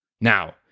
Now